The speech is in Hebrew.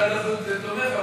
משרד הבריאות תומך,